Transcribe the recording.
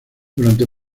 durante